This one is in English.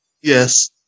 Yes